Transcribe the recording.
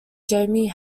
jamie